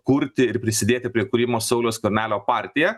kurti ir prisidėti prie kūrimo sauliaus skvernelio partiją